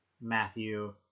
Matthew